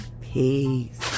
Peace